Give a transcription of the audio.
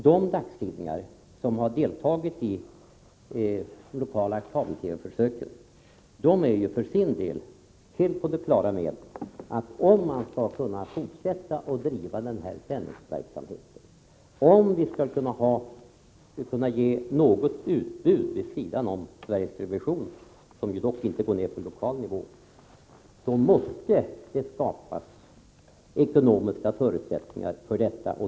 De dagstidningar som har deltagit i de lokala kabel-TV-försöken är för sin del helt på det klara med att om man skall kunna fortsätta att bedriva sändningsverksamheten och om vi skall kunna ge något utbud vid sidan av Sveriges television, som ju inte går ner till lokal nivå, måste det skapas ekonomiska förutsättningar för detta.